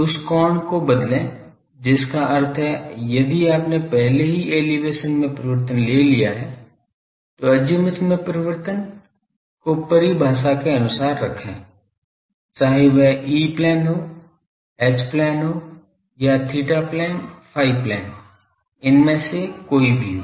उस कोण को बदलें जिसका अर्थ है यदि आपने पहले ही एलिवेशन में परिवर्तन ले लिया है तो अज़ीमुथ में परिवर्तन को परिभाषा के अनुसार रखें चाहे वह ई प्लेन हो एच प्लेन या फ़ाइ प्लेन थीटा प्लेन उसमें से कोई भी हो